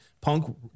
Punk